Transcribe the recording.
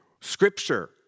Scripture